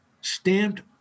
stamped